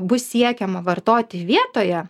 bus siekiama vartoti vietoje